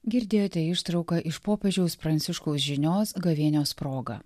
girdėjote ištrauką iš popiežiaus pranciškaus žinios gavėnios proga